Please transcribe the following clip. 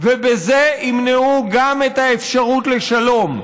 ובזה ימנעו גם את האפשרות לשלום.